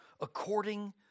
according